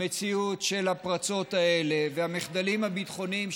המציאות של הפרצות האלה והמחדלים הביטחוניים,